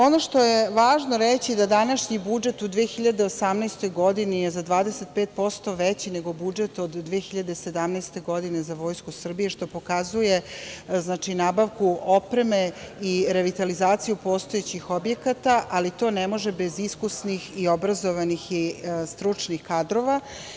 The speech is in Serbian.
Ono što je važno reći da današnji budžet u 2018. godini je za 25% veći nego budžet iz 2017. godine za Vojsku Srbije, što pokazuje nabavku opreme i revitalizaciju postojećih objekata, ali to ne može bez iskusnih i obrazovnih i stručnih kadrova.